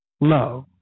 Love